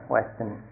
Western